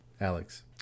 Alex